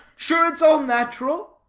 sure it's all nat'ral?